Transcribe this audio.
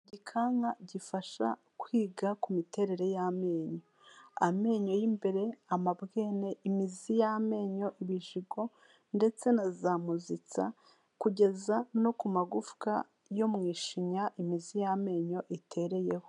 Igikanka gifasha kwiga ku miterere y'amenyo, amenyo y'imbere, amabwene, imizi y'amenyo, ibijigo ndetse na za muzitsa, kugeza no ku magufwa yo mu ishinya imizi y'amenyo itereyeho.